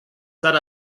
set